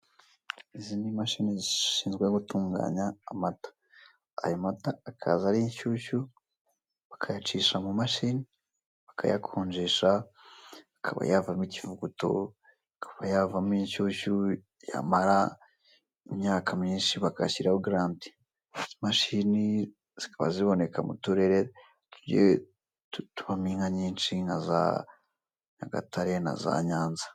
Izi ni imashini zishinzwe gutunganya amata. Ayomata akaza ari inshyushyu, bakayacisha mu mashini, bakayakonjesha, akaba yavamo ikivuguto, akaba yavamo inshyushyu, yamara imyaka myinshi bakayashyiraho garanti. Imashini zikaba ziboneka mu turere tubamo Inka nyinshi nka za Nyagatare, na za Nyanza.